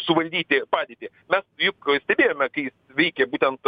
suvaldyti padėtį mes juk stebėjome kai jis veikė būtent